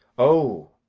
oh!